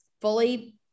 fully